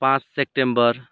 पाँच सेप्टेम्बर